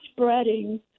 spreading